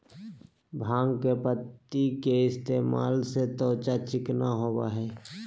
भांग के पत्ति के इस्तेमाल से त्वचा चिकना होबय हइ